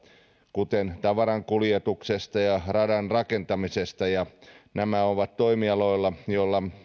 kuten tavarankuljetuksesta ja radanrakentamisesta ja ovat toimialoilla joilla